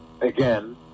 Again